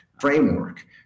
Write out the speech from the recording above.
framework